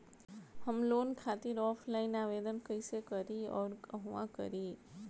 हम लोन खातिर ऑफलाइन आवेदन कइसे करि अउर कहवा करी?